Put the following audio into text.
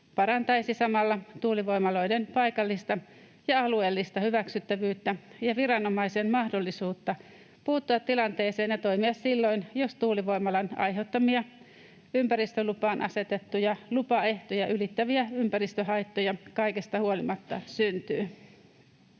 parantaisi samalla tuulivoimaloiden paikallista ja alueellista hyväksyttävyyttä ja viranomaisen mahdollisuutta puuttua tilanteeseen ja toimia silloin, jos tuulivoimalan aiheuttamia, ympäristölupaan asetettuja lupaehtoja ylittäviä ympäristöhaittoja kaikesta huolimatta syntyy.